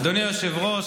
אדוני היושב-ראש,